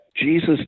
Jesus